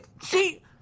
see